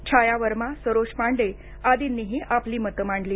छाया वर्मा सरोज पांडे आदींनीही आपली मतं मांडली